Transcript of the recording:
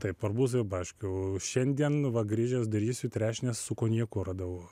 taip arbūzų ir braškių šiandien va grįžęs darysiu trešnes su konjaku radau